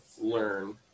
learn